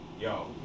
yo